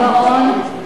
בסדר.